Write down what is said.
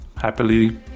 happily